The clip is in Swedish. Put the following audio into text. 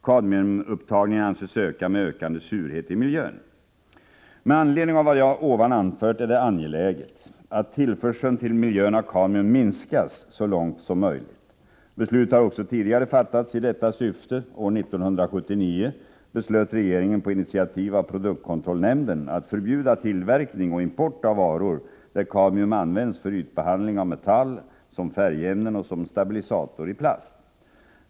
Kadmiumupptagningen anses öka med = ken Med anledning av vad jag här anfört är det angeläget att tillförseln till miljön av kadmium minskas så långt som möjligt. Beslut har också tidgare fattats i detta syfte. År 1979 beslöt regeringen, på initiativ av produktkontrollnämnden, att förbjuda tillverkning och import av varor där kadmium används för ytbehandling av metall, som färgämnen och som stabilisator i plast.